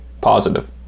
positive